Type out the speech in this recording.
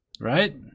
right